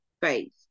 faith